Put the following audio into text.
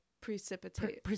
Precipitate